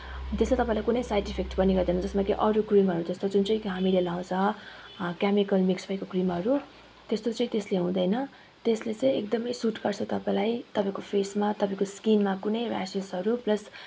त्यसले तपाईँलाई कुनै साइड इफेक्ट पनि गर्दैन जसमा कि अरू क्रिमहरू जस्तो जुन चाहिँ कि हामीले लाउँछ केमिकल मिक्स भएको क्रिमहरू त्यस्तो चाहिँ त्यसले हुँदैन त्यसले चाहिँ एकदमै सुट गर्छ तपाईँलाई तपाईँको फेसमा तपाईँको स्किनमा कुनै ऱ्यासेसहरू प्लस